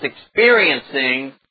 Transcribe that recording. experiencing